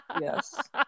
Yes